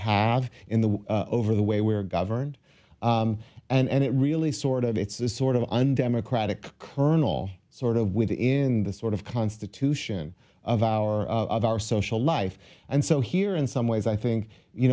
have in the over the way we're governed and it really sort of it's a sort of undemocratic kernel sort of within the sort of constitution of our of our social life and so here in some ways i think you